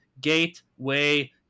Gateway